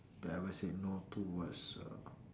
that I ever said no to was uh